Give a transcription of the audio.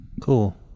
Cool